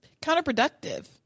counterproductive